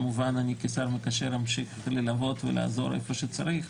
כמובן אני כשר מקשר אמשיך ללוות ולעזור איפה שצריך,